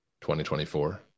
2024